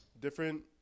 different